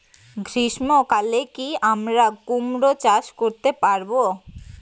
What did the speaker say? গ্রীষ্ম কালে কি আমরা কুমরো চাষ করতে পারবো?